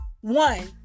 one